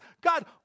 God